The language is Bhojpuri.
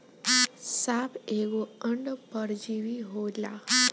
साप एगो अंड परजीवी होले